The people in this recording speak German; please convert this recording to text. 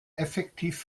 effektiv